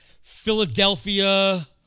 Philadelphia